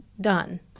done